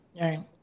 right